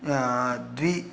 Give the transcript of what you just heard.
द्वि